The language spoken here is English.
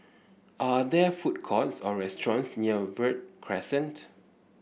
are there food courts or restaurants near Verde Crescent